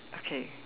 okay